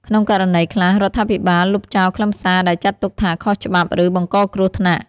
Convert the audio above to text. ក្នុងករណីខ្លះ រដ្ឋាភិបាលលុបចោលខ្លឹមសារដែលចាត់ទុកថាខុសច្បាប់ ឬបង្កគ្រោះថ្នាក់។